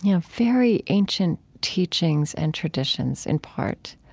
you know, very ancient teachings and traditions in part